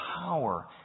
Power